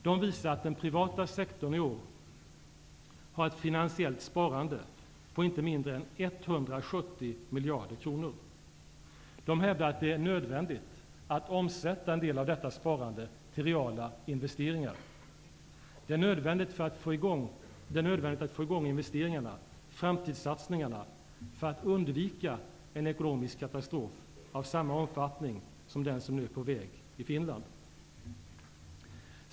De visar att den privata sektorn i år har ett finansiellt sparande på inte mindre än 170 miljarder kronor. De hävdar att det är nödvändigt att omsätta en del av detta sparande till reala investeringar. Det är nödvändigt att få i gång investeringarna, framtidssatsningarna, för att undvika en ekonomisk katastrof av samma omfattning som den som nu är på väg i Finland.